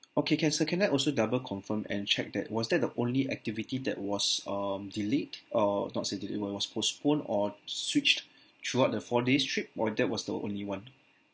okay can sir can I also double confirm and check that was that the only activity that was um delete or not say delete it was was postponed or switched throughout the four days trip or that was the only one